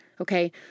Okay